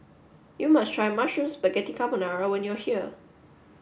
you must try Mushroom Spaghetti Carbonara when you are here